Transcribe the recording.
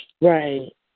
Right